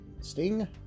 Sting